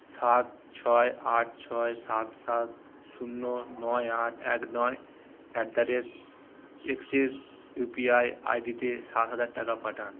সাত ছয় আট ছয় সাত সাত শূন্য নয় আট এক নয় at the rate Axis U P I আইডিতে সাত হাজার টাকা পাঠান